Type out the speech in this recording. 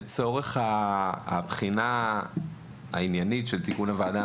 לצורך הבחינה של תיקון הוועדה,